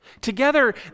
Together